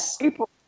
people